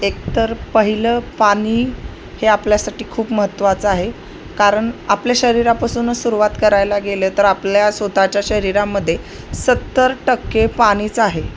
एकतर पहिलं पाणी हे आपल्यासाठी खूप महत्त्वाचं आहे कारण आपल्या शरीरापासूनच सुरुवात करायला गेलं तर आपल्या स्वत च्या शरीरामध्ये सत्तर टक्के पाणीच आहे